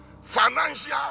financial